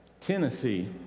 Tennessee